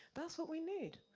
that's what we need,